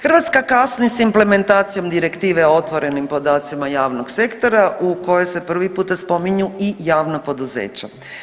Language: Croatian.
Hrvatska kasni s implementacijom direktive o otvorenim podacima javnog sektora u kojoj se prvi puta spominju i javna poduzeća.